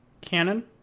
Canon